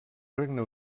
regne